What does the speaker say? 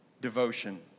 Devotion